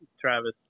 Travis